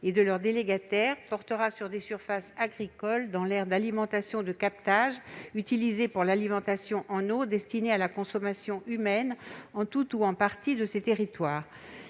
et de leurs délégataires, portera sur des surfaces agricoles dans l'aire d'alimentation de captages utilisée pour l'alimentation en eau destinée à la consommation humaine, sur tout ou partie de ces territoires.